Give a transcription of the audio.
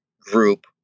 group